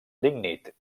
lignit